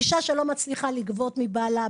אישה שלא מצליחה לגבות מבעלה,